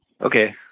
Okay